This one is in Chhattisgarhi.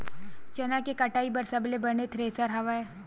चना के कटाई बर सबले बने थ्रेसर हवय?